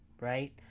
right